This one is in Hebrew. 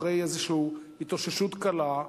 אחרי התאוששות קלה,